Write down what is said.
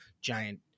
giant